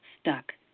Stuck